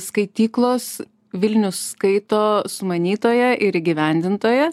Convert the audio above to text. skaityklos vilnius skaito sumanytoja ir įgyvendintoja